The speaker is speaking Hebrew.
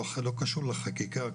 לא קשור לחקיקה,